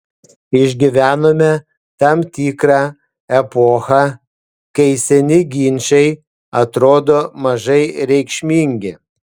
išgyvenome tam tikrą epochą kai seni ginčai atrodo mažai reikšmingi